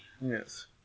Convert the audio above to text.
Yes